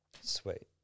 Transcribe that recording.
Sweet